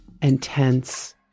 Intense